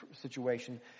situation